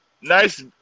nice